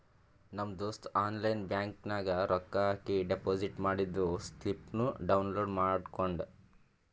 ನಮ್ ದೋಸ್ತ online bank ನಾಗ್ ರೊಕ್ಕಾ ಹಾಕಿ ಡೆಪೋಸಿಟ್ ಮಾಡಿದ್ದು ಸ್ಲಿಪ್ನೂ ಡೌನ್ಲೋಡ್ ಮಾಡ್ಕೊಂಡ್